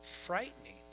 frightening